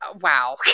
Wow